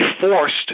forced